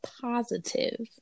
positive